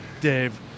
Dave